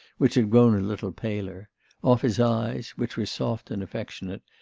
which had grown a little paler off his eyes, which were soft and affectionate,